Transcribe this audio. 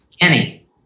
Kenny